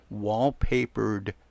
wallpapered